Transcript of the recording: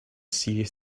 serious